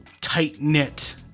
tight-knit